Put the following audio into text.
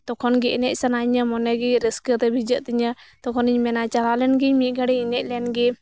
ᱛᱚᱠᱷᱚᱱ ᱜᱮ ᱮᱱᱮᱡ ᱥᱟᱱᱟᱭᱧᱟ ᱢᱚᱱᱮ ᱜᱮ ᱨᱟᱹᱥᱠᱟᱹ ᱫᱚ ᱵᱷᱤᱡᱟᱹᱜ ᱛᱤᱧᱟᱹ ᱛᱚᱠᱷᱚᱱᱤᱧ ᱢᱮᱱᱟ ᱪᱟᱞᱟᱣ ᱞᱮᱱ ᱜᱤᱧ ᱢᱤᱜᱜᱷᱟᱲᱤᱡ ᱮᱱᱮᱡ ᱞᱮᱱ ᱜᱮ